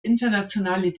internationale